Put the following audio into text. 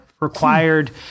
Required